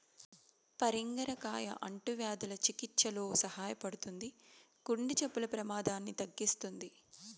పరింగర కాయ అంటువ్యాధుల చికిత్సలో సహాయపడుతుంది, గుండె జబ్బుల ప్రమాదాన్ని తగ్గిస్తుంది